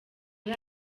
ari